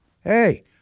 Hey